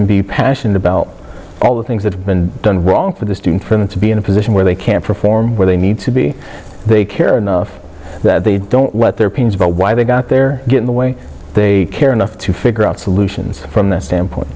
and be passionate about all the things that have been done wrong for the steam for them to be in a position where they can't perform where they need to be they care enough that they don't let their pains about why they got there get in the way they care enough to figure out solutions from the standpoint